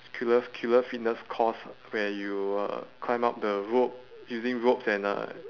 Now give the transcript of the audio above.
killer f~ killer fitness course where you uh climb up the rope using ropes and uh